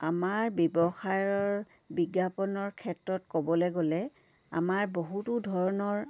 আমাৰ ব্যৱসায়ৰ বিজ্ঞাপনৰ ক্ষেত্ৰত ক'বলৈ গ'লে আমাৰ বহুতো ধৰণৰ